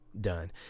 done